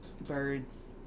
birds